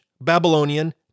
Babylonian